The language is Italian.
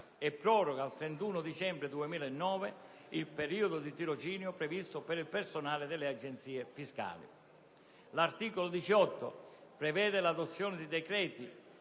e proroga al 31 dicembre 2009 il periodo di tirocinio previsto per il personale delle Agenzie fiscali. L'articolo 18 prevede l'adozione di decreti